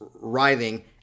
writhing